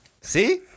See